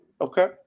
Okay